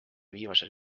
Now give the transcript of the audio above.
viimasel